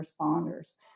Responders